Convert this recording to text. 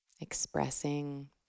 expressing